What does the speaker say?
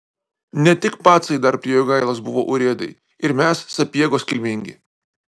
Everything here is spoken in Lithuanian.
ne tik pacai dar prie jogailos buvo urėdai ir mes sapiegos kilmingi